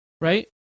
right